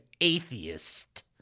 atheist